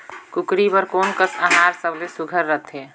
कूकरी बर कोन कस आहार सबले सुघ्घर रथे?